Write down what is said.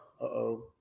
Uh-oh